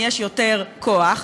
יש יותר כוח,